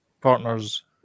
Partners